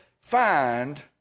find